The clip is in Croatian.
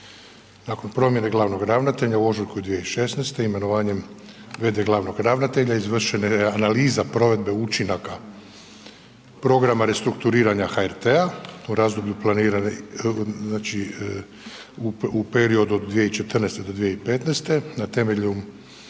Nakon promjene glavnog ravnatelja u ožujku 2016. imenovanjem v.d. glavnog ravnatelja izvršena je analiza provedbe učinaka programa restrukturiranja HRT-a u razdoblju planirani, znači u periodu od 2014. do 2015. Na temelju